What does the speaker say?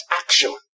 action